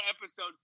episode